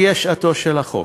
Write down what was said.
הגיעה שעתו של החוק.